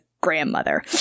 grandmother